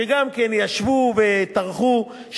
שגם כן ישבו וטרחו,